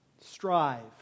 strive